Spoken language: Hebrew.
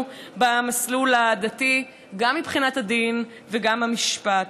במסלול הדתי גם מבחינת הדין וגם במשפט,